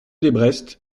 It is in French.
desbrest